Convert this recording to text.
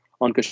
on